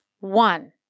One